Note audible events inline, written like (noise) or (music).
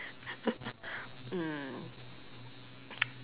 (laughs) mm